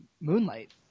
Moonlight